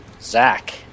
Zach